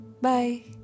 bye